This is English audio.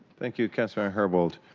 thank you councilmember her bold.